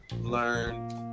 learn